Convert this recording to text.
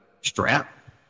strap